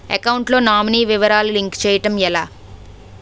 Account లో nominee వివరాలు link చేయటం ఎలా?